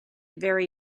very